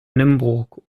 nymburk